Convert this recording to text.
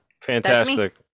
fantastic